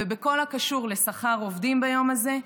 ובכל הקשור לשכר עובדים ביום הזה,